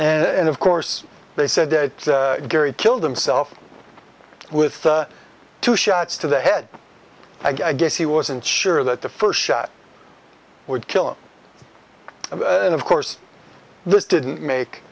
and of course they said that gary killed himself with two shots to the head i guess he wasn't sure that the first shot would kill him and of course this didn't make